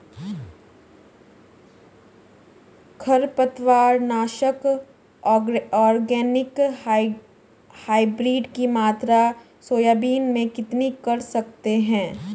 खरपतवार नाशक organic hybrid की मात्रा सोयाबीन में कितनी कर सकते हैं?